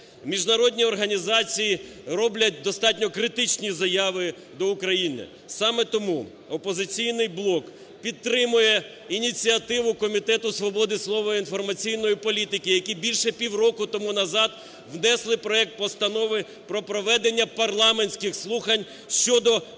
Міжнародні організації роблять достатньо критичні заяви до України. Саме тому "Опозиційний блок" підтримує ініціативу Комітету свободи слова і інформаційної політики, які більше півроку тому назад внесли проект Постанови про проведення парламентських слухань щодо